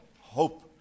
hope